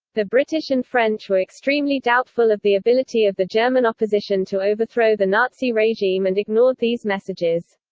the british and french were extremely doubtful of the ability of the german opposition to overthrow the nazi regime and ignored these messages.